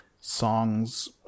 Songs